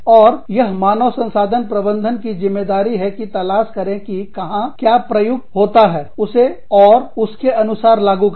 और यह मानव संसाधन प्रबंधन की जिम्मेदारी है कि तलाश करें कि कहां क्या प्रयुक्त हो सकता है और उसके अनुसार लागू करें